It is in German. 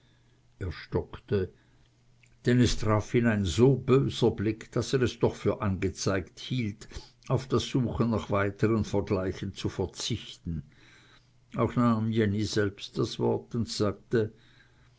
er stockte denn es traf ihn ein so böser blick daß er es doch für angezeigt hielt auf das suchen nach weiteren vergleichen zu verzichten auch nahm jenny selbst das wort und sagte